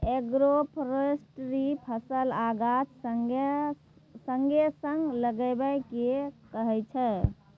agroforestry फसल आ गाछ संगे संग लगेबा केँ कहय छै